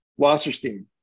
Wasserstein